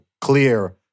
clear